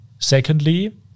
Secondly